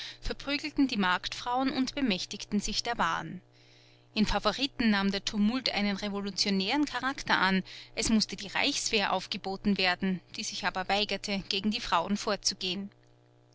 verprügelten die marktfrauen und bemächtigten sich der waren in favoriten nahm der tumult einen revolutionären charakter an es mußte die reichswehr aufgeboten werden die sich aber weigerte gegen die frauen vorzugehen